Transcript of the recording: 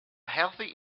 healthy